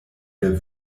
der